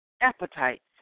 appetites